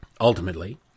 ultimately